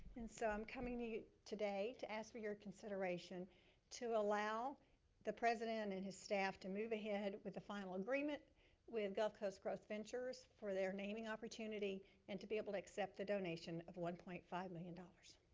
and so, i'm coming to you today to ask for your consideration to allow the president and his staff to move ahead with the final agreement with gulf coast growth ventures for their naming opportunity and to be able to accept the donation of one point five million dollars.